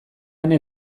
ane